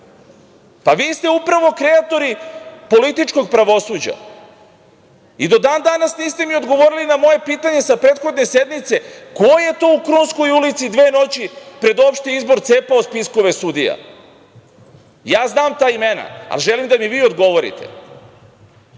Vi ste upravo kreatori političkog pravosuđa. Do dan danas niste mi odgovorili na moje pitanje sa prethodne sednice – ko je to u Krunskoj ulici dve noći pred opšti izbor cepao spiskove sudija? Znam ja ta imena, ali želim da mi vi odgovorite. Vi